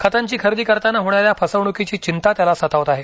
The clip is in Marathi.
खतांची खरेदी करताना होणाऱ्या फसवणुकीची चिंता त्याला सतावत आहे